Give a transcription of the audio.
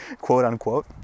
quote-unquote